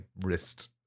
wrist